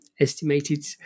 estimated